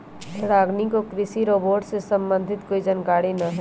रागिनी को कृषि रोबोट से संबंधित कोई जानकारी नहीं है